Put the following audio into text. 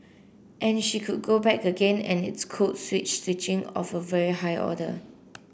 and she could go back again and it's code switch switching of a very high order